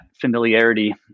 familiarity